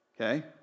okay